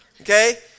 okay